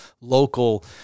local